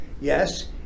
Yes